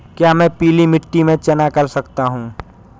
क्या मैं पीली मिट्टी में चना कर सकता हूँ?